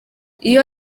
iyo